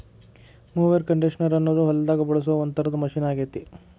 mower conditioner ಅನ್ನೋದು ಹೊಲದಾಗ ಬಳಸೋ ಒಂದ್ ತರದ ಮಷೇನ್ ಆಗೇತಿ